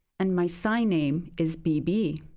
and my sign name is bb.